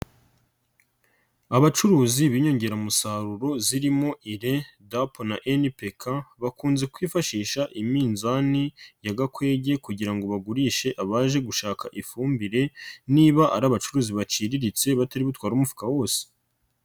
Abacuruzi b'inyongeramusaruro zirimo UREA, DAP na NPK bakunze kwifashisha iminzani ya gakwege kugira ngo bagurishe abaje gushaka ifumbire niba ari abacuruzi baciriritse bataributware umufuka wose.